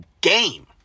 game